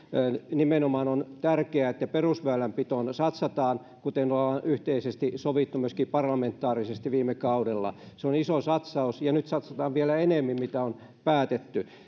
nimenomaan on tärkeää että perusväylänpitoon satsataan kuten yhteisesti on sovittu myöskin parlamentaarisesti viime kaudella se on iso satsaus ja nyt satsataan vielä enemmän kuin on päätetty